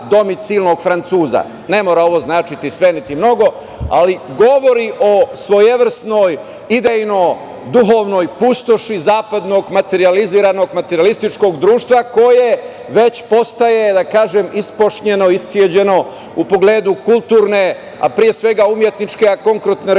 Ne mora ovo značiti sve, niti mnogo, ali govori o svojevrsnoj idejno duhovnoj pustoši zapadnog materijaliziranog, materijalističkog društva koje već postaje, da kažem, ispošćeno, isceđeno, u pogledu kulturne, a pre svega umetničke, a konkretno recimo